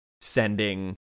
sending